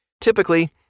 Typically